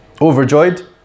overjoyed